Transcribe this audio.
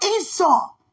Esau